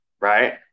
right